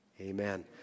Amen